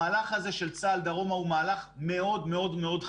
המהלך הזה של צה"ל דרומה הוא מהלך מאוד חשוב.